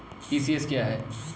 ECS क्या है?